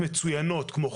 לא מלמעלה למטה.